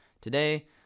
today